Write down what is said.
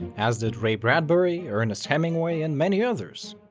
as did ray bradbury, ernest hemingway, and many others.